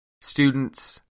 students